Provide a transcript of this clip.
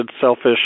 selfish